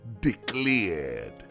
declared